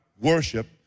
worship